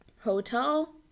hotel